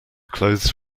clothes